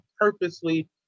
purposely